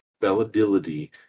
validity